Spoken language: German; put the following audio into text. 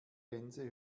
gänse